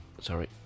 sorry